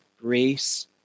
grace